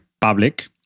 public